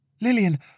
Lillian